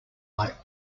like